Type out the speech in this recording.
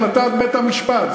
אדוני כופר בהחלטת בית-המשפט,